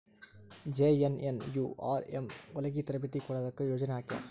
JNNURM ಹೊಲಗಿ ತರಬೇತಿ ಕೊಡೊದಕ್ಕ ಯೊಜನೆ ಹಾಕ್ಯಾರ